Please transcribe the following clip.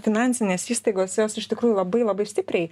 finansinės įstaigos jos iš tikrųjų labai labai stipriai